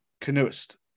canoeist